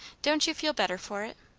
don't you feel better for it?